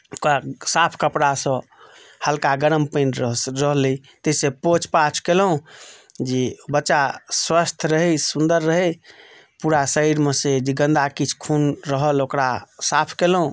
ओकरा साफ कपड़ासँ हल्का गरम पानि रहलै ताहिसँ पोछपाछ केलहुँ जे बच्चा स्वस्थ्य रहए सुन्दर रहए पूरा शरीरमे से जे गन्दा किछु खून रहल ओकरा साफ केलहुँ